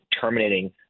terminating